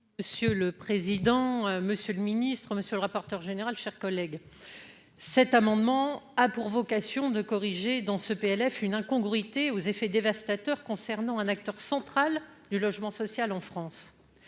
Monsieur le président, Monsieur le Ministre, monsieur le rapporteur général, chers collègues, cet amendement a pour vocation de corriger dans ce PLF une incongruité aux effets dévastateurs concernant un acteur central du logement social en France,